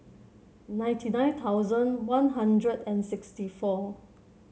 ninety nine thousand One Hundred and sixty four